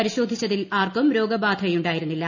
പരിശോധിച്ചതിൽ ആർക്കും രോഗബാധയുണ്ടായിരുന്നില്ല